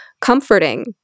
comforting